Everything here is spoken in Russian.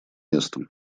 местом